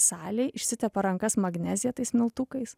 salėj išsitepa rankas magnezija tais miltukais